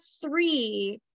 three